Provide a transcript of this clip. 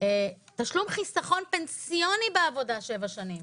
תשלום חיסכון פנסיוני בעבודה שבע שנים.